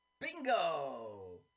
Bingo